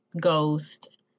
ghost